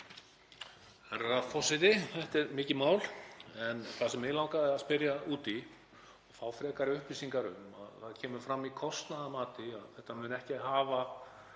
Þetta er mikið mál en það sem mig langaði að spyrja út í og fá frekari upplýsingar um er að það kemur fram í kostnaðarmati að þetta muni ekki hafa